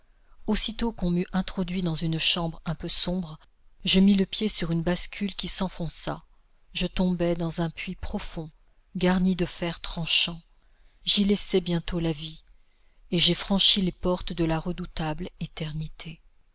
aussitôt qu'on m'eût introduit dans une chambre un peu sombre je mis le pied sur une bascule qui s'enfonça je tombai dans un puits profond garni de fers tranchans j'y laissai bientôt la vie et j'ai franchi les portes de la redoutable éternité